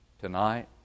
tonight